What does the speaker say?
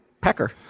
pecker